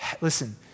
Listen